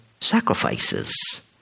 sacrifices